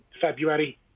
February